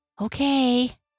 Okay